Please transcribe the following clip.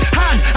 hand